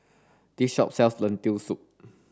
this shop sells Lentil Soup